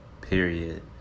period